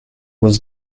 was